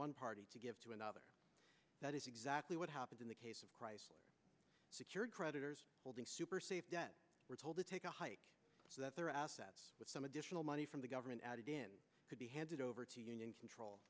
one party to give to another that is exactly what happened in the case of chrysler secured creditors holding super safe were told to take a hike so that their assets with some additional money from the government added in could be handed over to union control